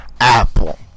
Apple